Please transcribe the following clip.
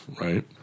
right